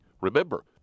Remember